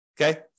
okay